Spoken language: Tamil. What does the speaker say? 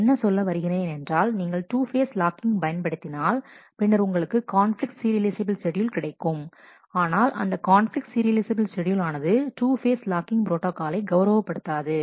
என்ன சொல்ல வருகிறேன் என்றால் நீங்கள் 2 ஃபேஸ் லாக்கிங் பயன்படுத்தினால் பின்னர் உங்களுக்கு கான்பிலிக்ட் சீரியலைஃசபில் ஷெட்யூல் கிடைக்கும் ஆனால் அந்த கான்பிலிக்ட் சீரியலைஃசபில் ஷெட்யூல் ஆனது 2 ஃபேஸ் லாக்கிங் ப்ரோட்டாகாலை கௌரவபடுத்தாது